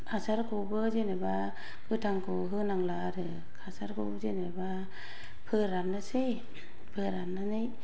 हासारखौबो जेनेबा गोथांखौ होनांला आरो हासारखौ जेनेबा फोराननोसै फोराननानै